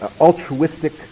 altruistic